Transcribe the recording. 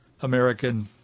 American